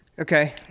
okay